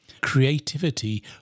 creativity